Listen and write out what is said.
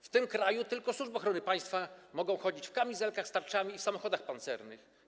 W tym kraju tylko służby ochrony państwa mogą chodzić w kamizelkach, z tarczami i jeździć w samochodach pancernych.